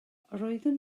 roedden